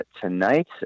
tonight